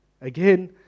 Again